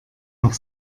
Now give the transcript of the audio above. noch